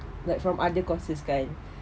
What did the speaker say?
like from other courses kan